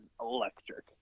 electric